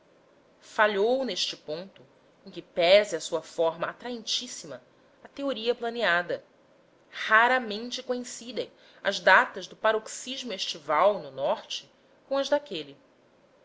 falhou neste ponto em que pese à sua forma atraentíssima a teoria planeada raramente coincidem as datas do paroxismo estival no norte com as daquele